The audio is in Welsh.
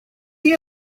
chi